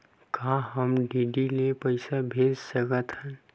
का हम डी.डी ले पईसा भेज सकत हन?